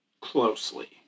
closely